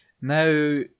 Now